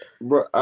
bro